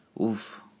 oof